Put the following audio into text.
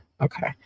Okay